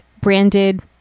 branded